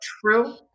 true